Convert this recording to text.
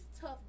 tough